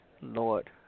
Lord